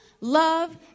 love